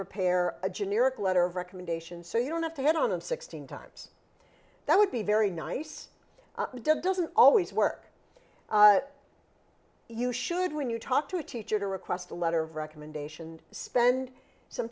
prepare a generic letter of recommendation so you don't have to hit on them sixteen times that would be very nice doesn't always work you should when you talk to a teacher to request a letter of recommendation spend some